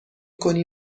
کنی